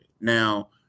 Now